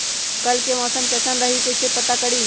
कल के मौसम कैसन रही कई से पता करी?